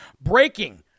breaking